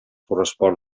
correspon